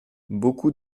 beaucoup